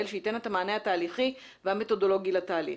שייתן את המענה התהליכי והמתודולוגי לתהליך.